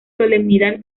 solemnidad